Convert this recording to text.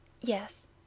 Yes